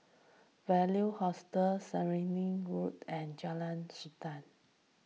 Value Hostel Stirling Road and Jalan Sultan